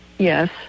Yes